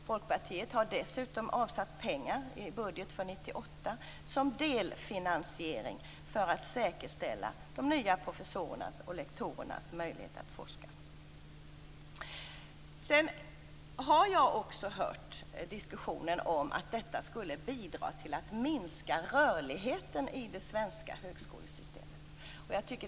Folkpartiet har dessutom avsatt pengar i budgeten för 1998 som delfinansiering för att säkerställa de nya professorernas och lektorernas möjlighet att forska. Jag har hört att detta skulle bidra till att minska rörligheten i det svenska högskolesystemet.